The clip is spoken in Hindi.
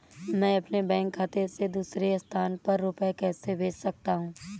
मैं अपने बैंक खाते से दूसरे स्थान पर रुपए कैसे भेज सकता हूँ?